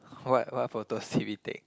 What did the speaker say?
what what photos did we take